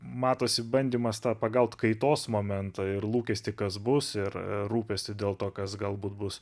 matosi bandymas pagauti kaitos momentą ir lūkestį kas bus ir rūpestį dėl to kas galbūt bus